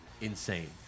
insane